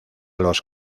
los